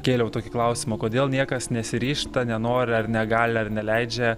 kėliau tokį klausimą kodėl niekas nesiryžta nenori ar negali ar neleidžia